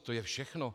To je všechno.